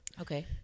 okay